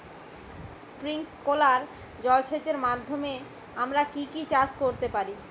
Sprinkler জলসেচের মাধ্যমে আমরা কি কি চাষ করতে পারি?